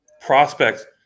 prospects